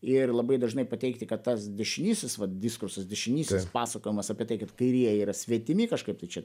ir labai dažnai pateikti kad tas dešinysis diskursas dešinysis pasakojimas apie tai kad kairieji yra svetimi kažkaip tai čia